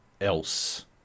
else